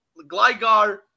Gligar